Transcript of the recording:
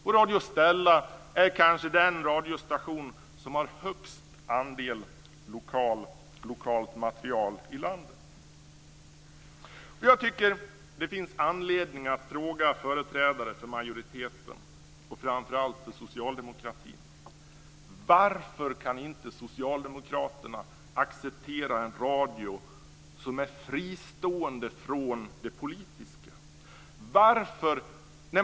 Men Radio Stella är kanske den radiostation i landet som har största andelen lokalt material. Det finns anledning att fråga företrädare för majoriteten, framför allt för Socialdemokraterna, varför Socialdemokraterna inte kan acceptera en radio som är fristående från det politiska.